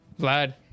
Vlad